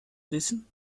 wissen